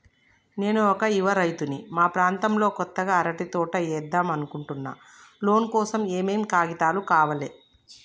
నేను ఒక యువ రైతుని మా ప్రాంతంలో కొత్తగా అరటి తోట ఏద్దం అనుకుంటున్నా లోన్ కోసం ఏం ఏం కాగితాలు కావాలే?